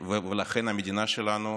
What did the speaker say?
ולכן המדינה שלנו